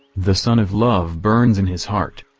the sun of love burns in his heart,